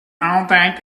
altijd